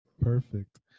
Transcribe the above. Perfect